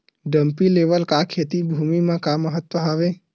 Dumpy level का खेती भुमि म का महत्व हावे?